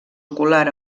ocular